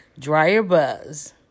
dryerbuzz